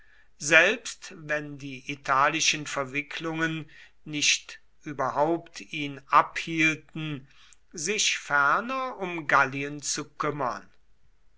selbst wenn die italischen verwicklungen nicht überhaupt ihn abhielten sich ferner um gallien zu kümmern